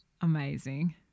amazing